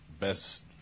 best